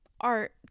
art